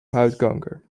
huidkanker